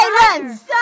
Silence